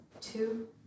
Two